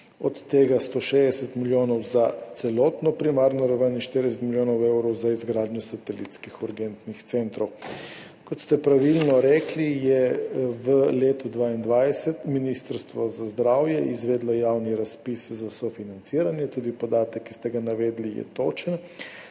od tega 160 milijonov za celotno primarno raven in 40 milijonov evrov za izgradnjo satelitskih urgentnih centrov. Kot ste pravilno rekli, je v letu 2022 Ministrstvo za zdravje izvedlo javni razpis za sofinanciranje. Tudi podatek, ki ste ga navedli, je točen.